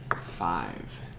Five